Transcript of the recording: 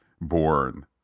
born